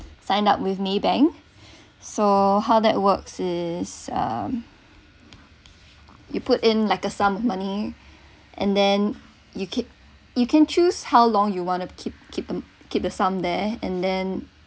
signed up with maybank so how that works is um you put in like a sum of money and then you keep you can choose how long you wanna keep keep them keep the sum there and then